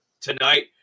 tonight